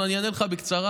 אענה לך בקצרה: